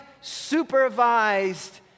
supervised